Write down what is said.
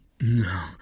No